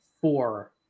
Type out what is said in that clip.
four